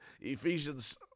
Ephesians